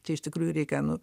čia iš tikrųjų reikia nu